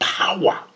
power